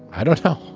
i don't know.